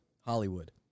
Hollywood